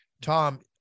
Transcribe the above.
Tom